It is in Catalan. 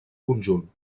conjunt